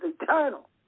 eternal